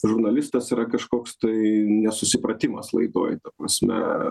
žurnalistas yra kažkoks tai nesusipratimas laidoj ta prasme